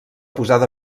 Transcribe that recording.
posada